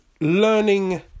learning